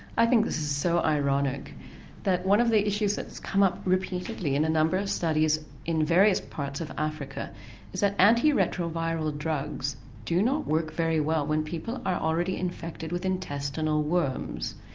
i think this is so ironic that one of the issues that's come up repeatedly in a number of studies in various parts of africa is that anti retro viral drugs do not work very well when people are already infected with intestinal worms.